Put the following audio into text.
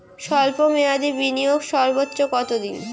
স্বল্প মেয়াদি বিনিয়োগ সর্বোচ্চ কত দিন?